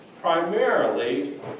primarily